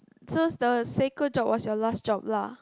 so the Seiko job was your last job lah